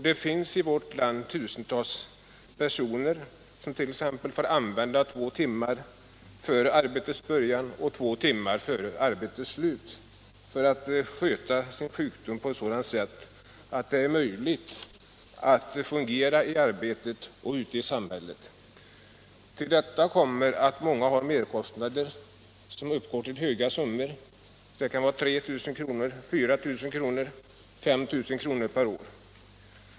Det finns i vårt land tusentals personer som t.ex. får använda två timmar före arbetets början och två timmar efter arbetets slut för att sköta sin sjukdom på ett sådant sätt att det är möjligt att fungera i arbetet och ute i samhället. Till detta kommer att många har merkostnader som uppgår till stora summor — 3 000, 4 000 eller 5 000 kr. per år.